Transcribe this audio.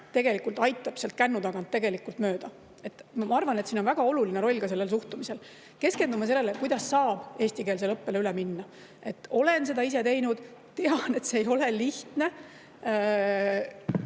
tegelikult aitab sealt kännu tagant mööda. Ma arvan, et siin on väga oluline roll ka sellel suhtumisel. Keskendume sellele, kuidas saab eestikeelsele õppele üle minna. Olen seda ise teinud, tean, et see ei ole lihtne.